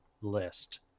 list